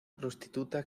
prostituta